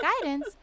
guidance